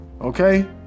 okay